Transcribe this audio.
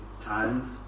times